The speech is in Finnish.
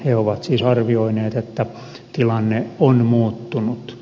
he ovat siis arvioineet että tilanne on muuttunut